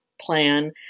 plan